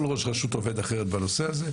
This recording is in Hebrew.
כל ראש רשות עובד אחרת בנושא הזה,